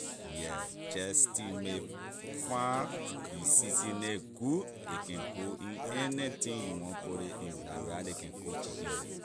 Yeah jeh steam it fine you season nay good a can go in anything you want put ley in la how ley can cook chicken there